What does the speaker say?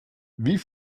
wie